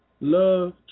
love